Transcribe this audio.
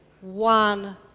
one